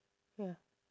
ya